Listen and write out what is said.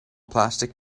plastic